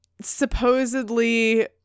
supposedly